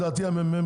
זה, לדעתי, המ.מ.מ.